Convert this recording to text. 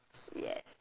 yes